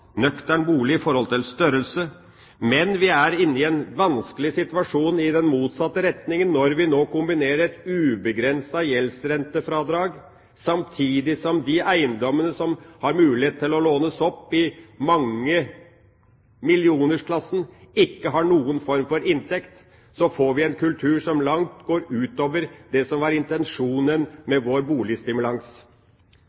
nøktern bolig i forhold til størrelse. Men vi er inne i en vanskelig situasjon i den motsatte retningen når vi nå har et ubegrenset gjeldsrentefradrag samtidig som de eiendommene som kan lånes opp i mangemillionersklassen, ikke har noen form for inntekt. Da får vi en kultur som går langt utover det som var intensjonen